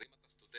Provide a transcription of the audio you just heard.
אז אם אתה סטודנט,